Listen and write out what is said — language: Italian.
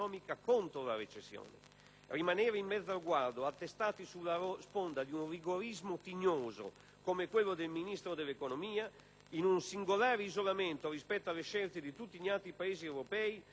Rimanere in mezzo al guado, attestati sulla sponda di un rigorismo tignoso, come quello del Ministro dell'economia, in un singolare isolamento rispetto alle scelte di tutti gli altri Paesi europei, pur consapevoli dei margini